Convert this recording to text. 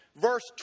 verse